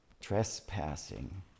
trespassing